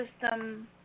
system